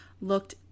looked